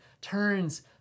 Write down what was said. turns